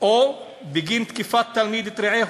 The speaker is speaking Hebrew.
או בגין תקיפת תלמיד את רעהו.